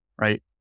right